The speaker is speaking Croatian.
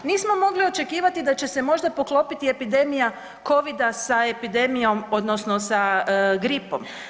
Nismo mogli očekivati da će se možda poklopiti epidemija Covida sa epidemijom odnosno sa gripom.